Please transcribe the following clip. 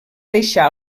deixar